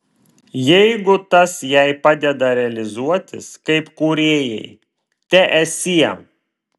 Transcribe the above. jeigu tas jai padeda realizuotis kaip kūrėjai teesie